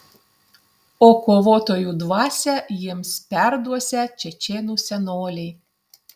o kovotojų dvasią jiems perduosią čečėnų senoliai